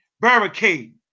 barricade